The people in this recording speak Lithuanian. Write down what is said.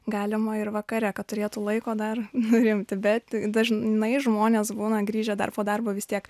galima ir vakare kad turėtų laiko dar nurimti bet dažnai žmonės būna grįžę dar po darbo vis tiek